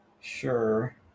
Sure